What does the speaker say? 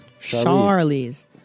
Charlie's